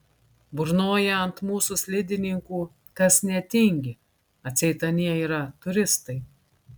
burnoja ant mūsų slidininkų kas netingi atseit anie yra turistai